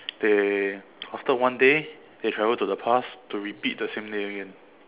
they after one day they travel to the past to repeat the same day again